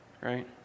right